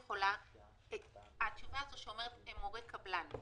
התשובה שאומרת: מורה קבלן,